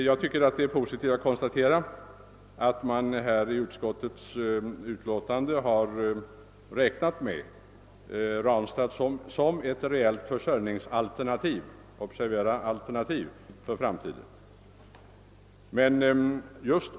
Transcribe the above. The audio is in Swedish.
Jag ser det som någonting positivt att utskottet har räknat med Ranstadsverket som ett reellt försörjningsalternativ — observera: alternativ — för framtiden.